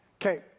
Okay